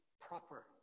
proper